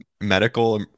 medical